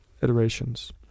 iterations